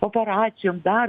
operacijom dar